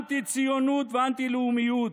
אנטי-ציונות ואנטי-לאומיות,